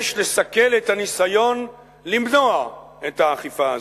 יש לסכל את הניסיון למנוע את האכיפה הזאת.